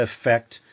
affect